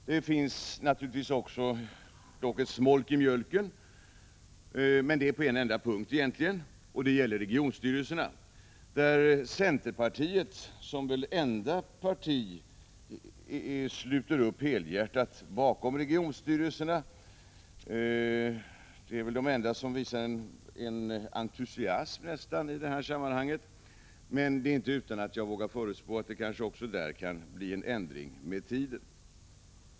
Det finns dock litet smolk i mjölken, men det gäller egentligen en enda punkt, nämligen regionstyrelserna. Centerpartiet sluter som enda parti helhjärtat upp bakom systemet med regionstyrelser. Centerpartisterna är de enda som visar något av entusiasm i detta sammanhang, men det är inte utan att jag vågar förutspå att det även härvidlag blir en ändring med tiden.